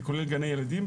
זה כולל גני ילדים,